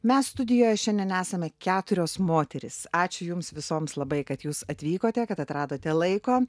mes studijoje šiandien esame keturios moterys ačiū jums visoms labai kad jūs atvykote kad atradote laiko